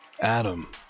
Adam